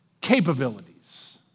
capabilities